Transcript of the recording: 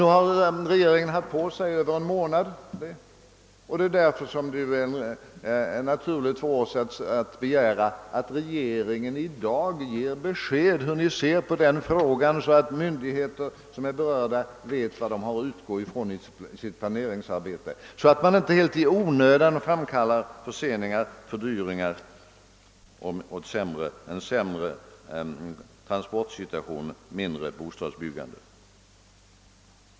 Nu har regeringen haft över en månad på sig, och det är därför naturligt för oss att begära, att regeringen i dag ger besked om hur regeringen ser på frågan, så att de myndigheter som är berörda vet vad de har ait utgå ifrån i sitt planeringsarbete och man inte helt i onödan framkallar förseningar, fördyringar och en sämre transporisituation och mindre bostadsbyggande.